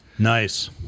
Nice